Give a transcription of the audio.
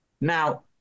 Now